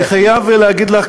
אני חייב להגיד לך,